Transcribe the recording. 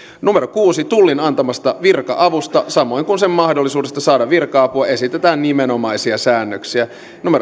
kuusi tullin antamasta virka avusta samoin kuin sen mahdollisuudesta saada virka apua esitetään nimenomaisia säännöksiä